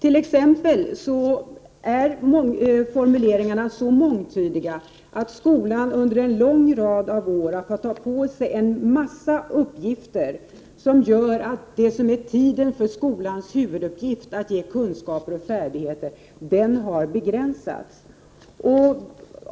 Som exempel kan jag nämna att formuleringarna är så mångtydiga att skolan under en lång rad år har fått ta på sig en mängd uppgifter som har lett till att den tid som har avsatts för skolans huvuduppgift, att ge kunskaper och färdigheter, har begränsats.